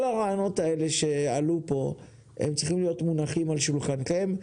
כל הרעיונות האלה שעלו פה צריכים להיות מונחים על שולחנכם.